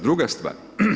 Druga stvar.